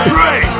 Pray